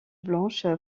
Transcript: blanche